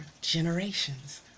generations